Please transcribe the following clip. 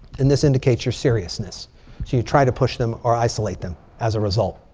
and this indicates your seriousness. so you try to push them or isolate them as a result.